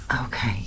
Okay